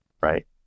right